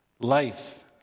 Life